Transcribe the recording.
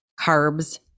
carbs